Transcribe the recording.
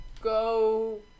go